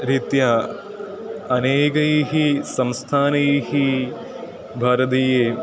रीत्या अनेकैः संस्थानैः भारतीये